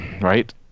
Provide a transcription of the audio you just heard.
right